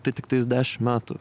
tai tiktais dešim metų